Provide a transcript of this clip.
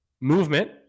movement